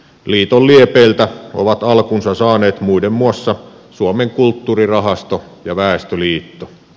liiton liepeiltä ovat alkunsa saaneet muiden muassa suomen kulttuurirahasto ja väestöliitto